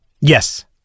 Yes